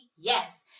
yes